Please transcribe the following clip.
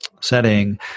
setting